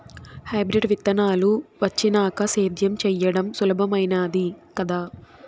hybrid విత్తనాలు వచ్చినాక సేద్యం చెయ్యడం సులభామైనాది కదా